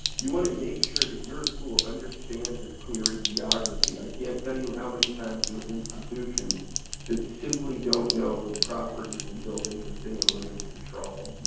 you want to make sure that your school understands its clery geography. i can't tell you how many times we have institutions that simply don't know the properties and buildings that they own and control.